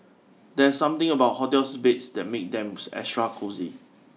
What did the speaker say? there's something about hotel beds that makes them extra cosy